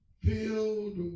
filled